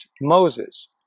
Moses